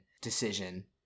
decision